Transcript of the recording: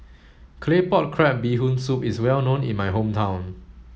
Claypot Crab Bee Hoon Soup is well known in my hometown